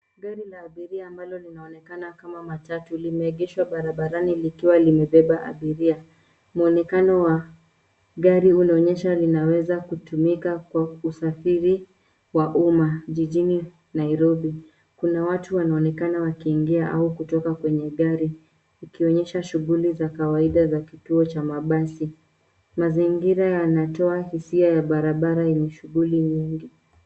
Gari la abiria ambalo linaonekana kama matatu limeegeshwa barabarani likiwa limebeba abiria. Mwonekano wa gari linaonyesha linaweza kutumika kwa usafiri wa umma jijini Nairobi. Kuna watu wanaonekana wakiingia au kutoka kwenye gari, ikionyesha shughuli za kawaida za kituo cha mabasi. Mazingira yanatoa hisia ya barabara yenye shughuli nyingi.